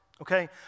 okay